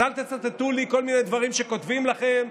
אז אל תצטטו לי כל מיני דברים שכותבים לכם,